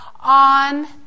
on